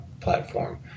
platform